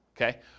okay